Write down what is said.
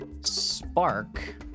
Spark